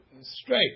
straight